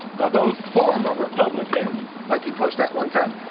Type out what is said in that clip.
those former republicans, like he pushed that one time.